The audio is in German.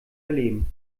erleben